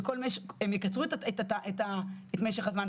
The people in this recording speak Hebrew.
הם יקצרו את משך הזמן,